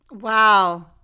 Wow